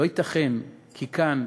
לא ייתכן כי כאן,